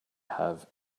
have